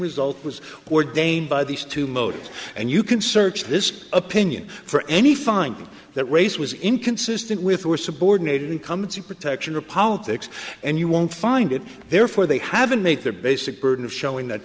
result was ordained by these two modes and you can search this opinion for any finding that race was inconsistent with or subordinate incumbency protection or politics and you won't find it therefore they haven't made their basic burden of showing that